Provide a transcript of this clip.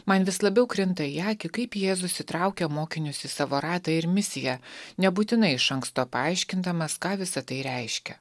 man vis labiau krinta į akį kaip jėzus įtraukia mokinius į savo ratą ir misiją nebūtinai iš anksto paaiškindamas ką visa tai reiškia